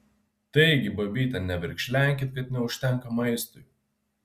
taigi babyte neverkšlenkit kad neužtenka maistui